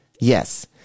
Yes